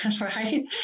Right